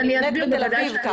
היא נבנית בתל-אביב ככה.